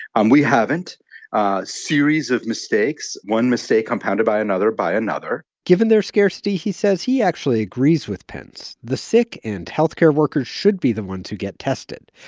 um we haven't. a series of mistakes one mistake compounded by another by another given their scarcity, he says, he actually agrees with pence. the sick and health care workers should be the ones who get tested.